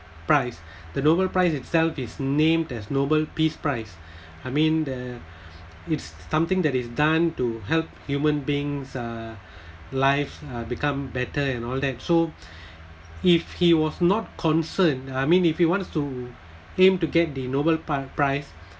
prize the nobel prize itself is named as nobel peace prize I mean err it's something that is done to help human beings uh life uh become better and all that so if he was not concerned I mean if he wanted to aim to get the nobel pr~ prize